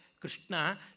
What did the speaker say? Krishna